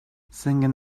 singing